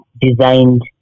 designed